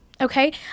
okay